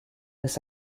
his